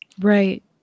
Right